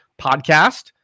podcast